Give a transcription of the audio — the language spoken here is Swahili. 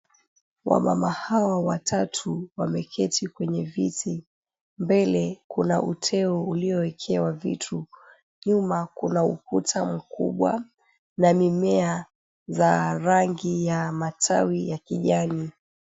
Wamama hawa watatu wameketi kwenye viti mbele kuna uteo ulioekewa vitu nyuma kuna ukuta mkubwa na mimea za rangi ya matawi za kijani.